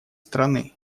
страны